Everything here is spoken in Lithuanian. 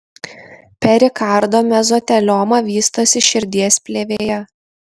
perikardo mezotelioma vystosi širdies plėvėje